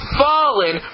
fallen